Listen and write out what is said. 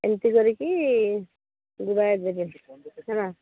ଏମିତି କରିକି ଗୁଡ଼ାଏ ଦେବେ ହେଲା